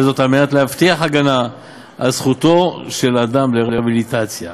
וזאת כדי להבטיח הגנה על זכותו של אדם לרהביליטציה.